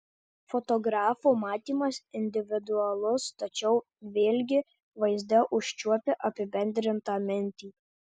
fotografo matymas individualus tačiau vėlgi vaizde užčiuopi apibendrintą mintį